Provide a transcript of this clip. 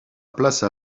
place